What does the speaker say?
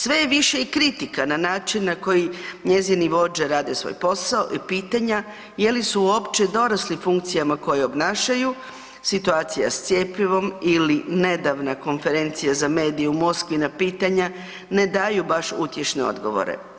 Sve je više i kritika na način na koji njezini vođe rade svoj posao i pitanja je li su uopće dorasli funkcijama koje obnašaju, situacija s cjepivom ili nedavna konferencija za medije u Moskvi na pitanja, ne daju baš utješne odgovore.